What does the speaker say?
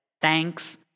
Thanks